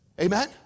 Amen